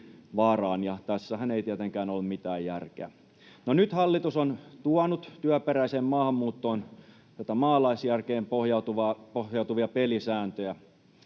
tässähän ei tietenkään ole mitään järkeä. No, nyt hallitus on tuonut työperäiseen maahanmuuttoon maalaisjärkeen pohjautuvia pelisääntöjä.